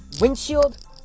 windshield